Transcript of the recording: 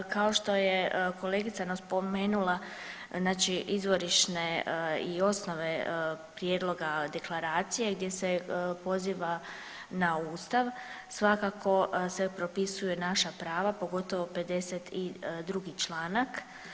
Kao što je kolegica naspomenula znači izvorišne i osnove prijedloga deklaracije gdje se poziva na Ustav svakako se propisuje naša prava pogotovo 52. članak.